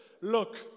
Look